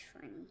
funny